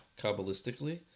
Kabbalistically